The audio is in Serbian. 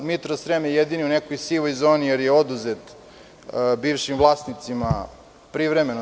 Mitrosrem“ je jedini u nekoj sivoj zoni, jer je oduzet bivšim vlasnicima, doduše, privremeno.